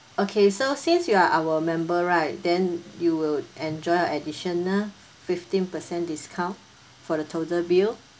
okay so since you are our member right then you will enjoy additional fifteen percent discount for the total bill